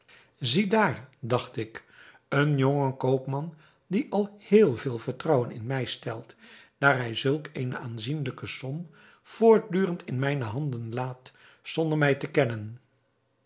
daar dacht ik een jonge koopman die al heel veel vertrouwen in mij stelt daar hij zulk eene aanzienlijke som voortdurend in mijne handen laat zonder mij te kennen